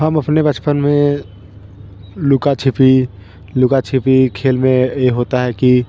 हम अपने बचपन में लुका छिपी लुका छिपी खेल में ये होता है कि